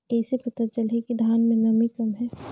कइसे पता चलही कि धान मे नमी कम हे?